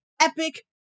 epic